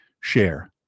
share